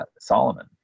Solomon